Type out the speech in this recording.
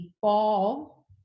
fall